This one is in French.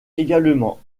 également